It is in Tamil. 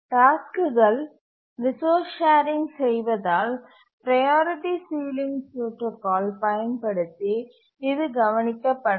டாஸ்க்குகள் ரிசோர்ஸ் ஷேரிங் செய்வதால் ப்ரையாரிட்டி சீலிங் புரோடாகால் பயன்படுத்தி இது கவனிக்கப்படும்